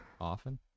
often